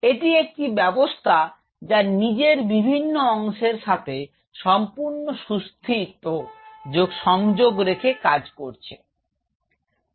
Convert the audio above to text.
এটি একটি ব্যাবস্থা যা নিজের বিভিন্ন অংশের সাথে সম্পূর্ণ সুস্থিত সংযোগ রেখে কাজ করছে